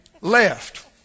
left